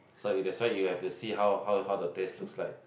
so if that's why you have to see how how how the taste looks like